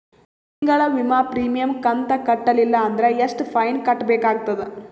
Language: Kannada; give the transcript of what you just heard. ತಿಂಗಳ ವಿಮಾ ಪ್ರೀಮಿಯಂ ಕಂತ ಕಟ್ಟಲಿಲ್ಲ ಅಂದ್ರ ಎಷ್ಟ ಫೈನ ಕಟ್ಟಬೇಕಾಗತದ?